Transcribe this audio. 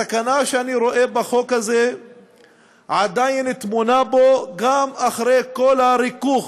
הסכנה שאני רואה בחוק הזה עדיין טמונה בו גם אחרי כל הריכוך,